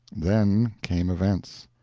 then came events!